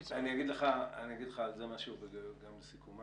אני אגיד לך על זה משהו, וגם לסיכום.